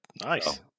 Nice